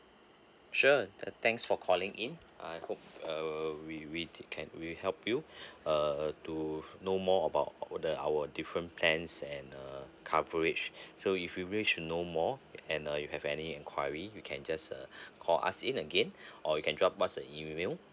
sure thanks for calling in uh uh we we take can we help you uh uh to know more about all the our different plans and uh coverage so if you wish to know more and uh you have any enquiry you can just uh call us in again or you can drop us an email